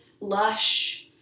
lush